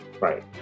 Right